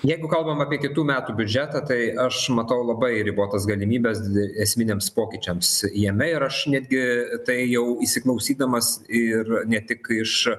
jeigu kalbam apie kitų metų biudžetą tai aš matau labai ribotas galimybes esminiams pokyčiams jame ir aš netgi tai jau įsiklausydamas ir ne tik iš